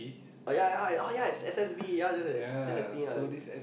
uh ya ya oh ya it's S_S_B ya that's the that's the thing I